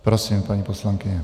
Prosím, paní poslankyně.